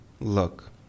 look